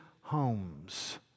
homes